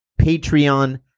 Patreon